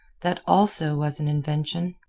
that, also, was an invention.